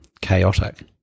chaotic